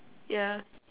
ya